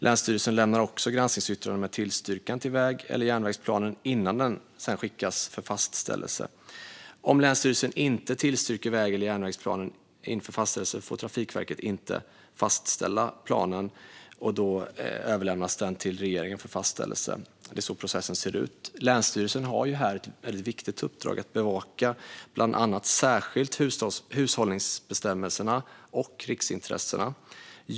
Länsstyrelsen lämnar också granskningsyttrande med tillstyrkan till väg eller järnvägsplanen innan den skickas för fastställelse. Om länsstyrelsen inte tillstyrker väg eller järnvägsplanen inför fastställelse får Trafikverket inte fastställa planen, och då överlämnas den till regeringen för fastställelse. Det är så processen ser ut. Länsstyrelserna har här ett väldigt viktigt uppdrag, bland annat att särskilt bevaka hushållningsbestämmelserna och riksintressena.